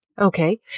Okay